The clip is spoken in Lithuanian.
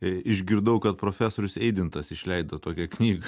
išgirdau kad profesorius eidintas išleido tokią knygą